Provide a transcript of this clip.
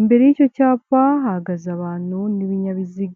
imbere y'icyo cyapa hahagaze abantu n'ibinyabiziga.